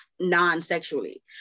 non-sexually